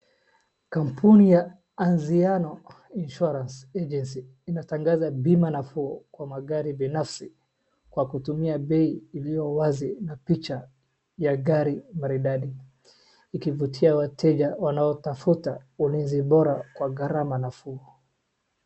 Kampuni ya Aziano Insurance Agency wanatangaza bima nafuu kwa magari binafsi kwa kutumia bei iliowazi na picha ya gari maridadi. Ikivutia wateja wanaotafuta ulinzi bora kwa garama nafuu.